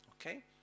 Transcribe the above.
Okay